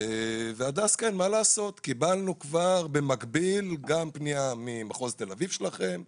וכבר קיבלנו במקביל גם פנייה ממחוז תל אביב של הנציבות